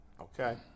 Okay